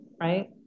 right